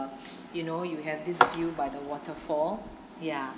you know you have this view by the waterfall ya